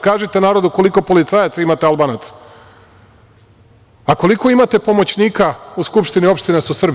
Kažite narodu koliko policajaca imate Albanaca, a koliko imate pomoćnika u Skupštini opštine da su Srbi?